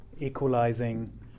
equalizing